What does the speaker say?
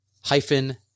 hyphen